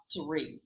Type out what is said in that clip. three